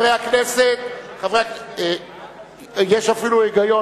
ועדת הכנסת, ועדת חוקה חוק ומשפט,